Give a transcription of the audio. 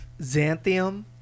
Xanthium